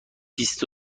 بیست